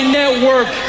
network